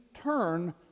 turn